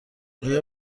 آیا